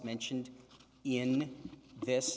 mentioned in this